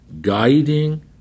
guiding